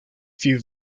few